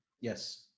Yes